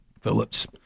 Phillips